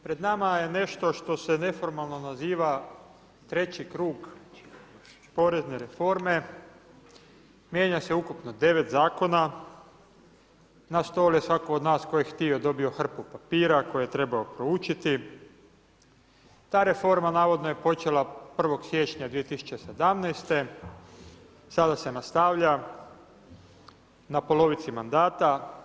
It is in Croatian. Pred nama je nešto što se neformalno naziva treći krug porezne reforme, mijenja se ukupno 9 zakona, na stol je svatko od nas tko je htio dobio hrpu papira koje je trebao proučiti, ta reforma navodno je počela 1. siječnja 2017. sada se nastavlja na polovici mandata.